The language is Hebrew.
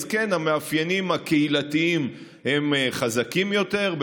המאפיינים הקהילתיים חזקים יותר,